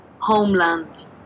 homeland